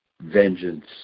vengeance